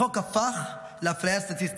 החוק הפך לאפליה סטטיסטית,